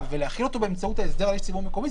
ולהחיל אותו באמצעות ההסדר על איש ציבור מקומי?